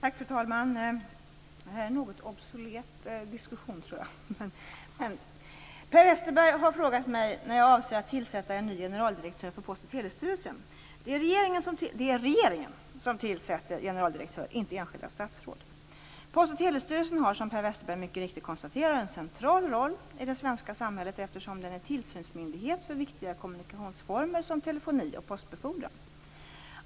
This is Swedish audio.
Fru talman! Jag tror att det här är en något obsolet diskussion. Per Westerberg har frågat mig när jag avser att tillsätta en ny generaldirektör för Post och telestyrelsen. Det är regeringen som tillsätter generaldirektörer, inte enskilda statsråd. Post och telestyrelsen har, som Per Westerberg mycket riktigt konstaterar, en central roll i det svenska samhället eftersom den är tillsynsmyndighet för viktiga kommunikationsformer som telefoni och postbefordran.